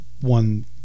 one